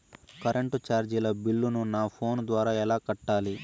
Current చార్జీల బిల్లును, నా ఫోను ద్వారా ఎలా కట్టాలి?